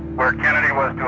where kennedy was